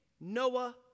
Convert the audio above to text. Noah